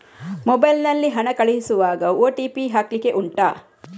mobile ನಲ್ಲಿ ಹಣ ಕಳಿಸುವಾಗ ಓ.ಟಿ.ಪಿ ಹಾಕ್ಲಿಕ್ಕೆ ಉಂಟಾ